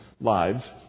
lives